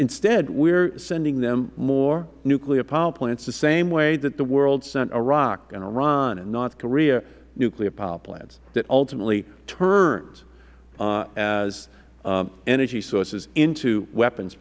instead we are sending them more nuclear power plants the same way that the world sent iraq and iran and north korea nuclear power plants that ultimately turned from energy sources into weapons